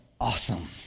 awesome